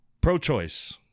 Pro-choice